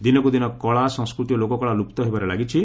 ଦିନକୁ ଦିନ କଳା ସଂସ୍କୃତି ଓ ଲୋକକଳା ଲୁପ୍ତ ହେବାରେ ଲାଗିଛି